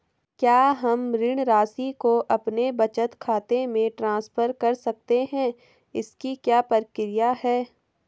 क्या हम ऋण राशि को अपने बचत खाते में ट्रांसफर कर सकते हैं इसकी क्या प्रक्रिया है?